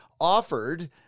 offered